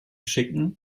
schicken